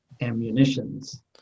ammunitions